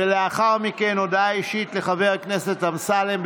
ולאחר מכן הודעה אישית לחבר הכנסת אמסלם.